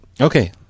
Okay